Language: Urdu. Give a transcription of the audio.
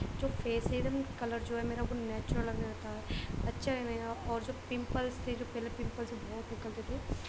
جو فیس ہے ایک دم کلر جو ہے میرا وہ نیچرل لگ رہا تھا اچھا ہے میرا اور جو پمپلس تھے جو پہلے پمپلس بہت نکلتے تھے